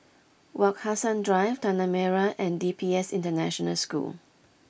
Wak Hassan Drive Tanah Merah and D P S International School